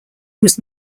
was